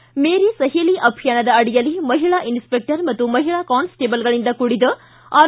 ಮೇರೀ ಸಹೇಲಿ ಅಭಿಯಾನದ ಅಡಿಯಲ್ಲಿ ಮಹಿಳಾ ಸಬ್ಇನ್ಸ್ಪಕ್ಷರ್ ಮತ್ತು ಮಹಿಳಾ ಕಾನ್ಸ್ಟೇಬಲ್ಗಳಿಂದ ಕೂಡಿದ ಆರ್